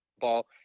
ball